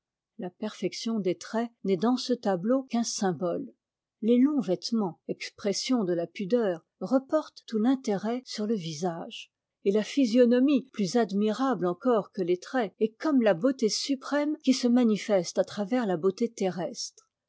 la perfection des traits n'est dans ce tableau qu'un symbole les longs vêtements expression de la pudeur reportent tout l'intérêt sur le visage et la physionomie plus admirable encore que les traits est comme la beauté suprême qui se manifeste à travers la beauté terrestre